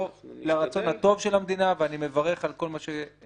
לא לרצון הטוב של המדינה אני מברך על כל מה --- בסדר.